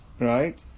right